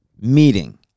meeting